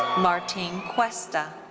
martin cuesta.